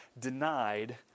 denied